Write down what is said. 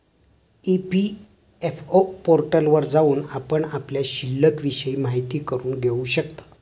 EPFO पोर्टलवर जाऊन आपण आपल्या शिल्लिकविषयी माहिती करून घेऊ शकता